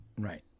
Right